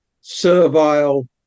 servile